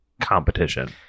competition